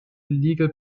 illegal